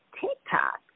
TikTok